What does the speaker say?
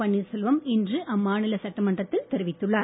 பன்னீர்செல்வம் இன்று அம்மாநில சட்டமன்றத்தில் தெரிவித்துள்ளார்